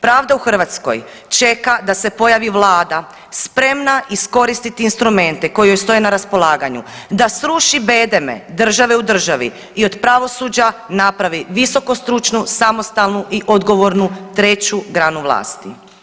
Pravda u Hrvatskoj čeka da se pojavi Vlada spremna iskoristiti instrumente koji joj stoje na raspolaganju, da sruši bedeme države u državi i od pravosuđa napravi visoko stručnu, samostalnu i odgovornu treću granu vlasti.